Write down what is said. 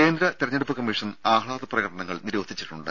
കേന്ദ്ര തെരഞ്ഞെടുപ്പ് കമ്മീഷൻ ആഹ്ലാദ പ്രകടനങ്ങൾ നിരോധിച്ചിട്ടുണ്ട്